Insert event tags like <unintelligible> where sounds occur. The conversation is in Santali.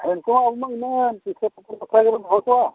ᱩᱱᱠᱩ ᱦᱚᱸ <unintelligible> ᱠᱚᱣᱟ